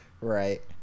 Right